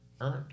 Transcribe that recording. earned